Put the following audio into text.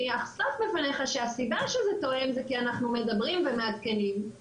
אחשוף בפניך שהסיבה שזה תואם זה כי אנחנו מדברים ומעדכנים,